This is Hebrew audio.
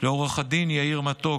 לעו"ד יאיר מתוק,